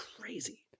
crazy